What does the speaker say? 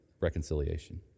reconciliation